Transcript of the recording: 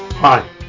Hi